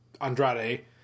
Andrade